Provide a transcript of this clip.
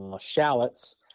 shallots